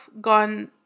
gone